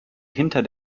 hinter